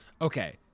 Okay